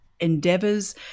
endeavors